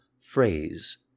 phrase